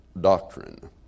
doctrine